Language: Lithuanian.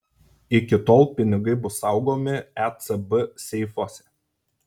iki tol pinigai bus saugomi ecb seifuose